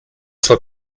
zwar